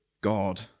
God